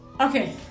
okay